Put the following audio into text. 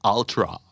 Ultra